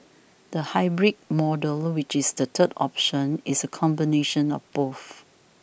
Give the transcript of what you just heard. the hybrid model which is the third option is a combination of both